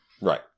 Right